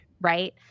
right